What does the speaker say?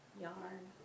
yarn